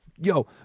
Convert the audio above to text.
yo